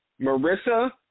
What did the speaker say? Marissa